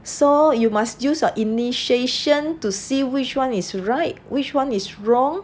so you must use your initiation to see which one is right which one is wrong